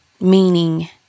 meaning